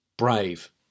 Brave